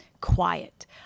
quiet